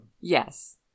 Yes